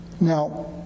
Now